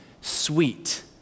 sweet